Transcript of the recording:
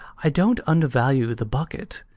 i don't undervalue the bucket,